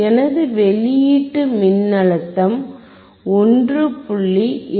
எனது வெளியீட்டு மின்னழுத்தம் 1